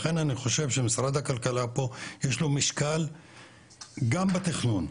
לכן אני חושב שמשרד הכלכלה פה יש לו משקל גם בתכנון,